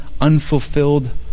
unfulfilled